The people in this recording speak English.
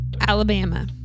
Alabama